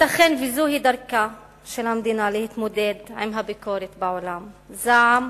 ייתכן שזוהי דרכה של המדינה להתמודד עם הביקורת בעולם: זעם,